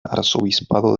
arzobispado